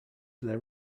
their